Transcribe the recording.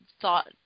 thought